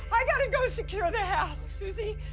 i got to go secure the house. suzy,